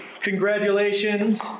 congratulations